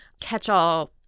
catch-all